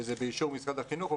וזה באישור משרד החינוך,